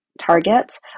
targets